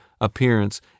appearance